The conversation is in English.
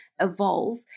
evolve